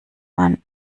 man